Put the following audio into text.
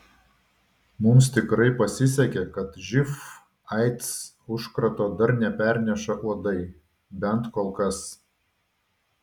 mums tikrai pasisekė kad živ aids užkrato dar neperneša uodai bent kol kas